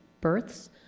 births